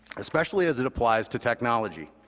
especially as it applies to technology.